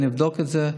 נבדוק את זה.